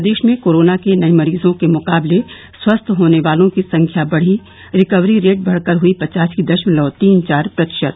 प्रदेश में कोरोना के नये मरीजों के मुकाबले स्वस्थ होने वालों की संख्या बढ़ी रिकवरी रेट बढ़ कर हुई पच्चासी दशमलव तीन चार प्रतिशत